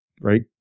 right